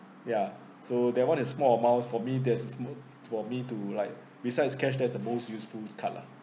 ya so that one is small amounts for me there's for me to like besides cashless the most useful card lah